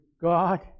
God